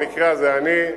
במקרה הזה אני,